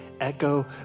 echo